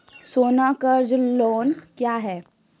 सोना कर्ज लोन क्या हैं?